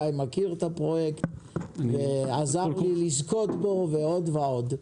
גיא מכיר את הפרויקט ועזר לי לזכות בו, ועוד ועוד.